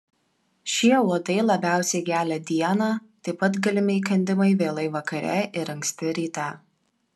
šie uodai labiausiai gelia dieną taip pat galimi įkandimai vėlai vakare ir anksti ryte